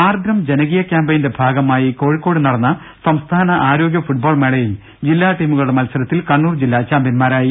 ആർദ്രം ജനകീയ ക്യാമ്പയിന്റെ ഭാഗമായി കോഴിക്കോട് നടന്ന സംസ്ഥാന ആരോഗ്യ ഫുട്ബാൾ മേളയിൽ ജില്ലാ ടീമുകളുടെ മത്സരത്തിൽ കണ്ണൂർ ജില്ല ചാമ്പ്യൻമാരായി